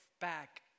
back